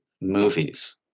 movies